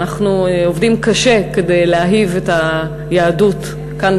אנחנו עובדים קשה כדי להאהיב את היהדות כאן,